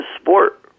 sport